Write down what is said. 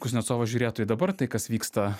kuznecovas žiūrėtų į dabar tai kas vyksta